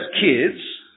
kids